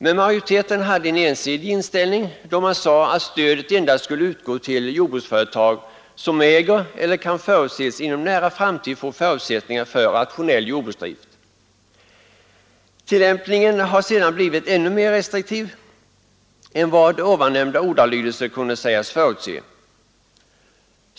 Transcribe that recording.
Men majoriteten hade en ensidig inställning, då man sade att stödet endast skulle utgå till jordbruksföretag som äger eller kan förutses inom en nära framtid få förutsättningar för rationell jordbruksdrift. Tillämpningen har sedan blivit ännu mer restriktiv än vad man med denna ordalydelse kunde förutse.